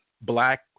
black